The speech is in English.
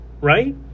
right